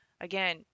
again